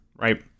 right